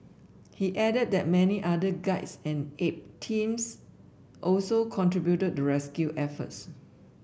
he added that many other guides and aid teams also contributed to rescue efforts